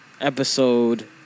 episode